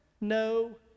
no